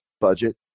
budget